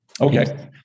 okay